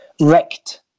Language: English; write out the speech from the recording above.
wrecked